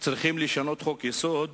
צריך לשנות חוק-יסוד,